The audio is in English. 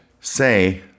say